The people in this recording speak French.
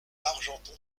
argenton